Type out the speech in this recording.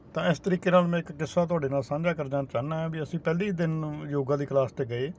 ਤਾਂ ਇਸ ਤਰੀਕੇ ਨਾਲ ਮੈਂ ਇੱਕ ਕਿੱਸਾ ਤੁਹਾਡੇ ਨਾਲ ਸਾਂਝਾ ਕਰਨਾ ਚਾਹੁੰਦਾ ਵੀ ਅਸੀਂ ਪਹਿਲੀ ਦਿਨ ਯੋਗਾ ਦੀ ਕਲਾਸ ਤੇ ਗਏ